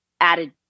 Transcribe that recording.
added